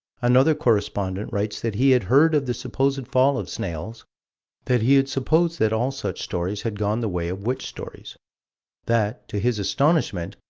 another correspondent writes that he had heard of the supposed fall of snails that he had supposed that all such stories had gone the way of witch stories that, to his astonishment,